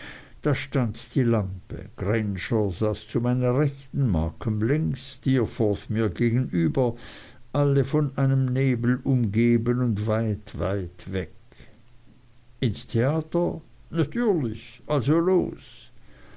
da stand die lampe grainger saß zu meiner rechten markham links steerforth mir gegenüber alle von einem nebel umgeben und weit weit weg ins theater natürlich also los